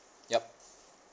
yup